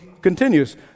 continues